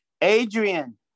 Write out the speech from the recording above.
Adrian